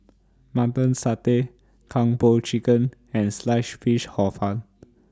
Mutton Satay Kung Po Chicken and Sliced Fish Hor Fun